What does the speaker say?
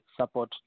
support